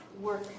work